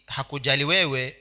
Hakujaliwewe